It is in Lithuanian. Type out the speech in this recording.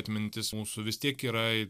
atmintis mūsų vis tiek yra